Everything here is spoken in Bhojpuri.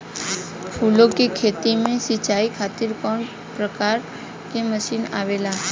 फूलो के खेती में सीचाई खातीर कवन प्रकार के मशीन आवेला?